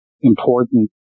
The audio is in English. important